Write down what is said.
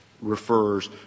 refers